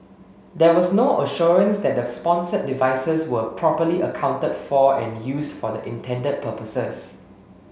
there was no assurance that the sponsored devices were properly accounted for and used for the intended purposes